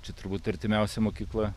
čia turbūt artimiausia mokykla